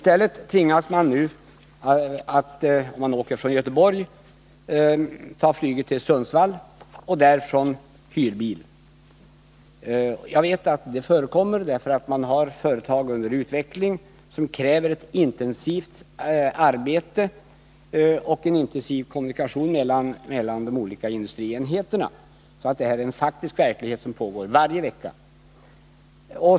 Man tvingas från Göteborg ta flyget till Sundsvall och därifrån hyrbil. Jag vet att det förekommer, för man har företag under utveckling som kräver ett intensivt arbete och en intensiv kommunikation mellan de olika industrienheterna, så det är en faktisk situation varje vecka.